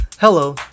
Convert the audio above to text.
Hello